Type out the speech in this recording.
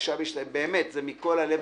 באמת זה מכל הלב.